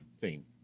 theme